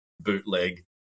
bootleg